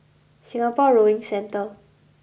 Singapore Rowing Centre